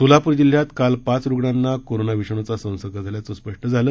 सोलापूर जिल्ह्यात काल पाच रुग्णांना कोरोना विषाणूचा संसर्ग झाल्याचं स्पष्ट झालं